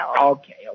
okay